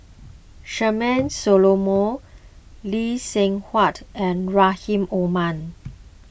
Charmaine Solomon Lee Seng Huat and Rahim Omar